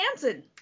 dancing